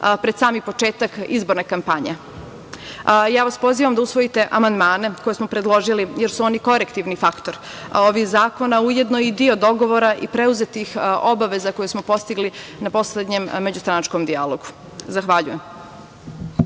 pred sam početak izborne kampanje. Pozivam vas da usvojite amandmane koje smo predložili, jer su oni korektivni faktor ovih zakona, a ujedno i deo dogovora i preuzetih obaveza koje smo postigli na poslednjem međustranačkom dijalog. Hvala.